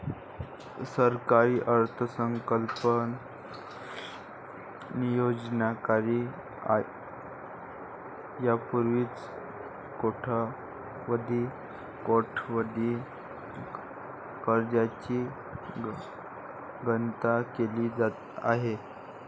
सरकारी अर्थसंकल्प नियोजकांनी यापूर्वीच कोट्यवधी कर्जांची गणना केली आहे